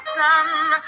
done